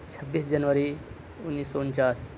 چھبیس جنوری انیس سو انچاس